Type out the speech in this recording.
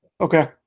okay